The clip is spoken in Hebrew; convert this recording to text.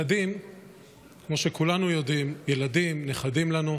כמו שכולנו יודעים, לילדים ולנכדים שלנו